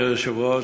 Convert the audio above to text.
גברתי היושבת-ראש,